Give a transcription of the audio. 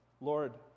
Lord